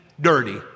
dirty